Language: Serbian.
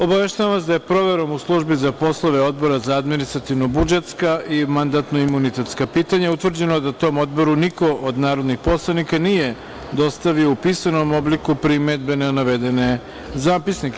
Obaveštavam vas da je proverom u Službi za poslove Odbora za administrativno budžetska i mandatno imunitetska pitanja utvrđeno da tom Odboru niko od narodnih poslanika nije dostavio u pisanom obliku primedbe na navedene zapisnike.